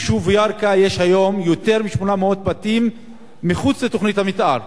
ביישוב ירכא יש היום יותר מ-800 בתים מחוץ לתוכנית המיתאר,